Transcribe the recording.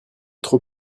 trop